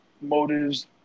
motives